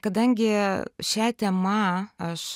kadangi šia tema aš